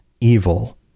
evil